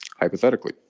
hypothetically